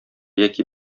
яки